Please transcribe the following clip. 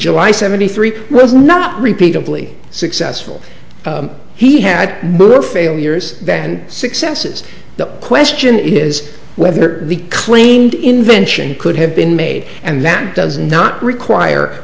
july seventy three was not repeatedly successful he had more failures than successes the question is whether the claimed invention could have been made and that does not require